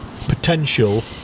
potential